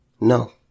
No